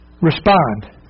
respond